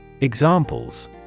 Examples